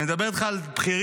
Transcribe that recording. ואני מדבר איתך על בכירים,